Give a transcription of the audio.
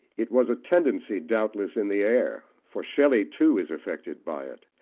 it was a tendency, doubtless, in the air, for shelley too is affected by it,